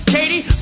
Katie